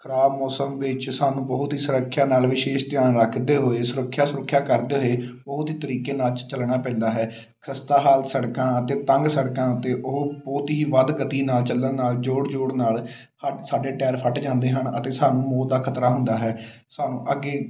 ਖ਼ਰਾਬ ਮੌਸਮ ਵਿੱਚ ਸਾਨੂੰ ਬਹੁਤ ਹੀ ਸੁਰੱਖਿਆ ਨਾਲ ਵਿਸ਼ੇਸ਼ ਧਿਆਨ ਰੱਖਦੇ ਹੋਏ ਸੁਰੱਖਿਆ ਸੁਰੱਖਿਆ ਕਰਦੇ ਹੋਏ ਬਹੁਤ ਹੀ ਤਰੀਕੇ ਨਾਲ ਚੱਲਣਾ ਪੈਂਦਾ ਹੈ ਖਸਤਾ ਹਾਲਤ ਸੜਕਾਂ ਅਤੇ ਤੰਗ ਸੜਕਾਂ ਉੱਤੇ ਉਹ ਬਹੁਤ ਹੀ ਵੱਧ ਗਤੀ ਨਾਲ ਚੱਲਣ ਨਾਲ ਜੋੜ ਜੋੜ ਨਾਲ ਸਾਡੇ ਟਾਇਰ ਫਟ ਜਾਂਦੇ ਹਨ ਅਤੇ ਸਾਨੂੰ ਮੌਤ ਦਾ ਖਤਰਾ ਹੁੰਦਾ ਹੈ ਸਾਨੂੰ ਅੱਗੇ